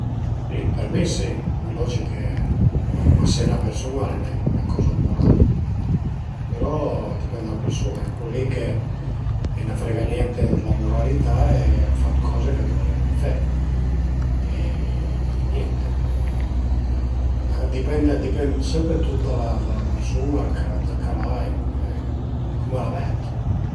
Si për mi si, al e logich che, ma ma se üna persun-a al e nen 'na coza murala, però a dipend da la persun-a, a ie cul li che a i ën frega niente d'la muralità e a fa d'coze ch'a dëvrìa nen fe e niente al e, a dipend a dipend sempre tüt da la persun-a, ël carater ch'al a e cume e cum a la ved